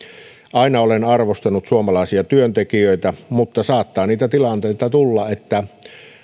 aina olen arvostanut suomalaisia työntekijöitä mutta saattaa niitä tilanteita tulla että